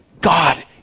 God